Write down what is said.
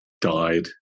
died